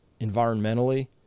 environmentally